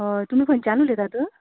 हय तुमी खंयच्यान उलयतात